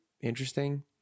interesting